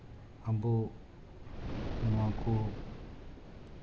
ᱟᱵᱚ ᱱᱚᱣᱟ ᱠᱚ